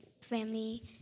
family